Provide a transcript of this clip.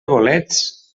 bolets